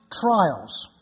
Trials